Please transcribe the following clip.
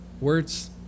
Words